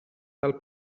del